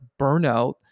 burnout